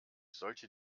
solche